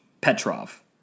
Petrov